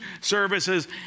services